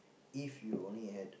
if you only had